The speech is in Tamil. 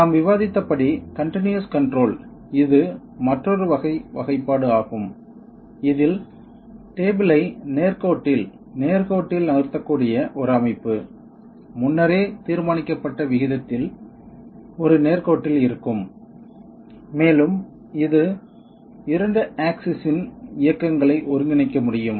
நாம் விவாதித்தபடி கன்டினியஸ் கன்ட்ரோல் இது மற்றொரு வகை வகைப்பாடு ஆகும் இதில் டேபிள்யை நேர்கோட்டில் நேர்கோட்டில் நகர்த்தக்கூடிய ஒரு அமைப்பு முன்னரே தீர்மானிக்கப்பட்ட விகிதத்தில் ஒரு நேர்கோட்டில் இருக்கும் மேலும் இது 2 ஆக்சிஸ் இன் இயக்கங்களை ஒருங்கிணைக்க முடியும்